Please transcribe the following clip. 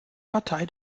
partei